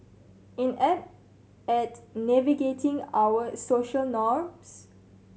inept at navigating our social norms